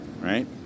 Right